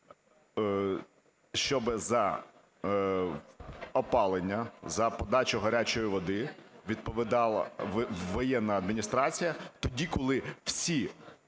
щоб за опалення, за подачу гарячої води відповідала воєнна адміністрація тоді, коли всі